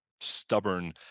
stubborn